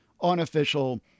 unofficial